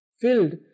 filled